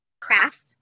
Crafts